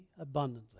abundantly